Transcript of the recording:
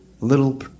Little